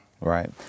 Right